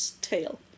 tail